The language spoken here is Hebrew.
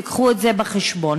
תביאו את זה בחשבון.